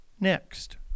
Next